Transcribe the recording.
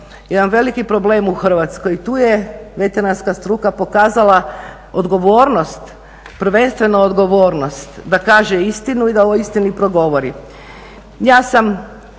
jedan veliki broj u Hrvatskoj i tu je veterinarska struka pokazala odgovornost, prvenstveno odgovornost da kaže istinu i da o istini progovori. Ja sam,